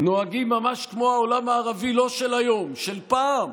נוהגים ממש כמו העולם הערבי לא של היום, של פעם,